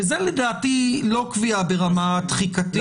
וזה לדעתי לא קביעה ברמה תחיקתית.